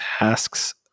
asks